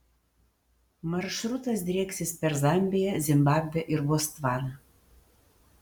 maršrutas drieksis per zambiją zimbabvę ir botsvaną